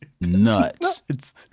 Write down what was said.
Nuts